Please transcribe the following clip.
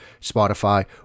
Spotify